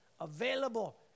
available